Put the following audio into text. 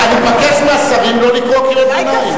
אני מבקש מהשרים לא לקרוא קריאות ביניים.